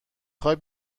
خوای